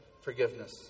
forgiveness